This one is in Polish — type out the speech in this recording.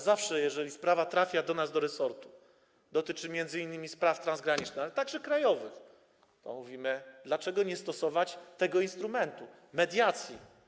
Zawsze jeżeli sprawa trafia do nas, do resortu, a dotyczy m.in. spraw transgranicznych, ale także krajowych, to mówimy: Dlaczego nie stosować tego instrumentu, mediacji?